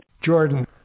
Jordan